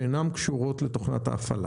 שאינן קשורות לתוכנת ההפעלה?